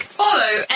follow